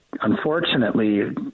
unfortunately